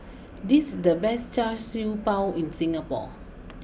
this is the best Char Siew Bao in Singapore